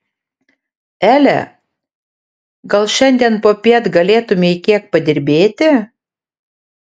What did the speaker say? ele gal šiandien popiet galėtumei kiek padirbėti